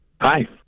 Hi